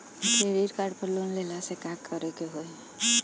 Credit card पर loan लेला से का का करे क होइ?